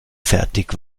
fertig